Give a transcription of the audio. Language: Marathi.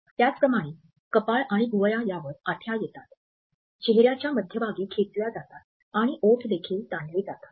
त्याचप्रमाणे कपाळ आणि भुवया यावर आठ्या येतात चेहर्याच्या मध्यभागी खेचल्या जातात आणि ओठ देखील ताणले जातात